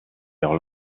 leur